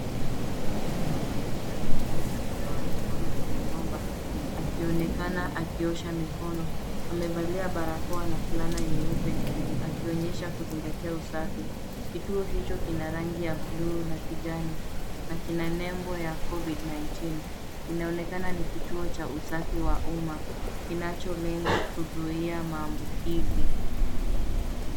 Mwanamke amesimama mbele ya kituo cha kunawa mikono chenye bomba akionekana akiosha mikono. Amevalia barakoa na fulana nyeupe akionyesha kuzingatia usafi. Kituo hicho kina rangi ya bluu na kijani na kina nembo ya Covid-19 . Inaonekana ni kituo cha usafi wa umma kinacholenga kuzuia maambukizi.